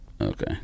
Okay